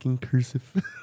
cursive